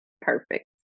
Perfect